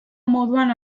moduan